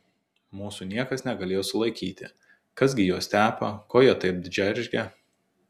mūsų niekas negalėjo sulaikyti kas gi juos tepa ko jie taip džeržgia